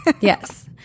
yes